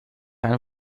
ein